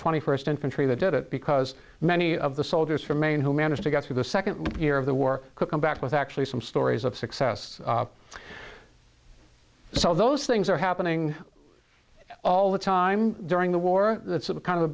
twenty first infantry that did it because many of the soldiers from maine who managed to get to the second year of the war could come back with actually some stories of success so those things are happening all the time during the war it's a kind of a